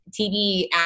TV